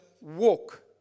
walk